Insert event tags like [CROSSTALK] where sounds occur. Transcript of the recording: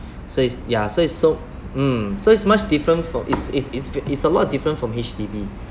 [BREATH] so it's ya so it's so mm so it's much different for it's it's it's it's a lot of difference from H_D_B